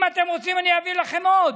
אם אתם רוצים, אביא לכם עוד.